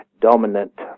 dominant